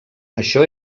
això